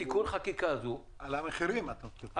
על המחירים, אתה מתכוון.